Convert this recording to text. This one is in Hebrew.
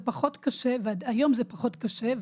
היום זה פחות קשה,